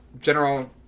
general